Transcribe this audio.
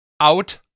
out